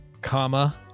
comma